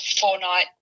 four-night